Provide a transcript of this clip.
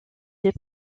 des